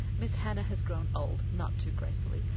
miss hannah has grown old, not too gracefully,